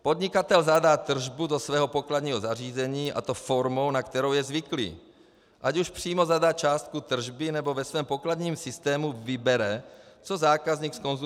Podnikatel zadá tržbu do svého pokladního zařízení, a to formou, na kterou je zvyklý, ať už přímo zadá částku tržby, nebo ve svém pokladním systému vybere, co zákazník zkonzumoval.